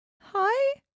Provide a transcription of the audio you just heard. Hi